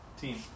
team